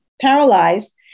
paralyzed